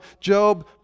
Job